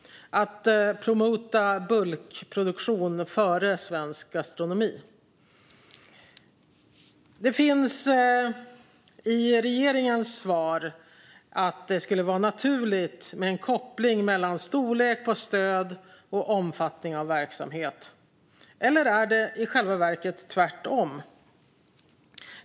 Att promota bulkproduktion före svensk gastronomi? Det sägs i regeringens svar att det skulle vara naturligt med en koppling mellan storlek på stöd och omfattning av verksamhet. Eller är det i själva verket tvärtom?